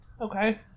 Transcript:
Okay